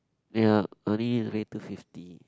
ya only waive two fifty